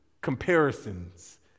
comparisons